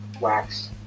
wax